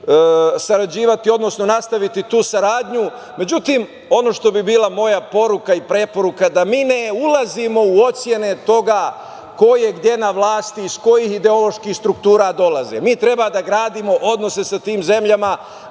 sarađivati, odnosno nastaviti tu saradnju.Međutim, ono što bi bila moja poruka i preporuka, da mi ne ulazimo u ocene toga ko je gde na vlasti, iz kojih ideoloških struktura dolaze. Mi treba da gradimo odnose sa tim zemljama,